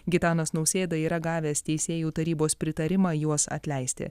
gitanas nausėda yra gavęs teisėjų tarybos pritarimą juos atleisti